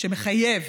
שמחייב